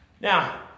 Now